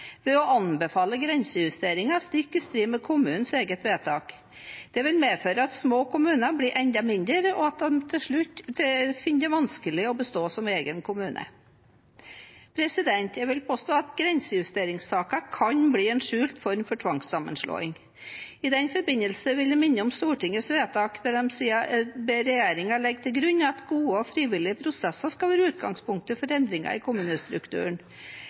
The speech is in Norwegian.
ved å anbefale grensejusteringer stikk i strid med kommunens eget vedtak. Det vil medføre at små kommuner blir enda mindre, og at man til slutt finner det vanskelig å bestå som egen kommune. Jeg vil påstå at grensejusteringssaker kan bli en skjult form for tvangssammenslåing. I den forbindelse vil jeg minne om Stortingets vedtak: «Stortinget ber regjeringen legge til grunn at gode og frivillige prosesser skal være utgangspunkt for endringer av kommunestrukturen.